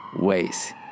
ways